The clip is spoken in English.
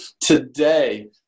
today